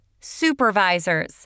Supervisors